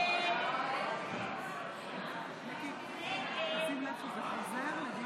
(אי-תחולת סעיף 157א, חיבור לחשמל, למים